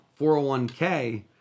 401k